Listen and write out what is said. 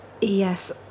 Yes